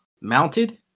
mounted